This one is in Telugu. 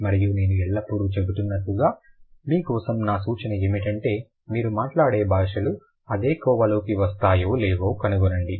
మరియు నేను ఎల్లప్పుడూ చెబుతున్నట్లుగా మీ కోసం నా సూచన ఏమిటంటే మీరు మాట్లాడే భాషలు అదే కోవలోకి వస్తాయో లేవో కనుగొనండి